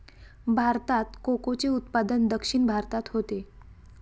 भारतात कोकोचे उत्पादन दक्षिण भारतात होते